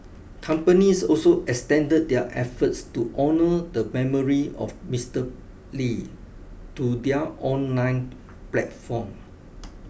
companies also extended their efforts to honour the memory of Mister Lee to their online platforms